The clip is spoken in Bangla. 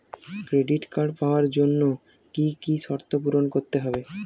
ক্রেডিট কার্ড পাওয়ার জন্য কি কি শর্ত পূরণ করতে হবে?